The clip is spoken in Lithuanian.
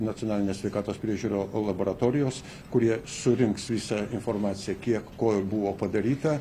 nacionalinės sveikatos priežiūro laboratorijos kurie surinks visą informaciją kiek ko buvo padaryta